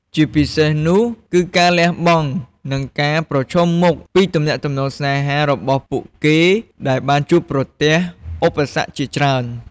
ជាពិសេសនោះគឺការលះបង់ និងការប្រឈមមុខពីទំនាក់ទំនងស្នេហារបស់ពួកគេដែលបានជួបប្រទះឧបសគ្គជាច្រើន ។